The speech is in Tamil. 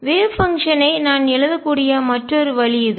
வேவ் பங்ஷன் ஐ அலை செயல்பாட்டை நான் எழுதக்கூடிய மற்றொரு வழி இது